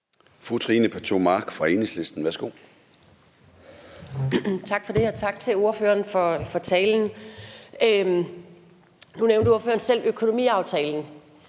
Trine Pertou Mach (EL): Tak for det, og tak til ordføreren for talen. Nu nævnte ordføreren selv økonomiaftalen,